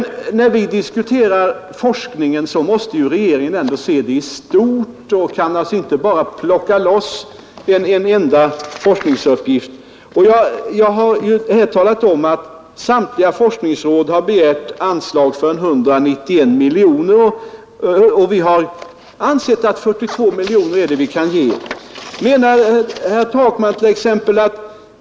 När det gäller forskningen måste regeringen emellertid se saken i stort. Det går alltså inte att plocka loss en enda forskningsuppgift. Jag har talat om att forskningsråden tillsammans har begärt anslag på 191 miljoner kronor. Regeringen har ansett att 42 miljoner är vad de kan få.